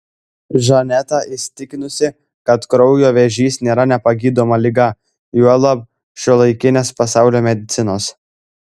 žaneta įsitikinusi kad kraujo vėžys nėra nepagydoma liga juolab šiuolaikinės pasaulio medicinos